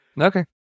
Okay